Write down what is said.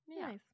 nice